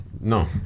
No